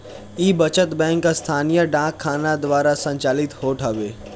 इ बचत बैंक स्थानीय डाक खाना द्वारा संचालित होत हवे